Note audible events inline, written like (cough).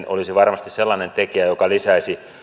(unintelligible) olisi varmasti sellainen tekijä joka lisäisi